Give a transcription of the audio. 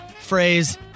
phrase